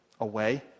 away